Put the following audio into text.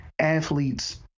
athletes